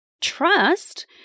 trust